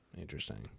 Interesting